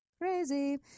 crazy